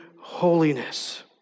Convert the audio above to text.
holiness